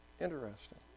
Interesting